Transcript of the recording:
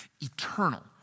Eternal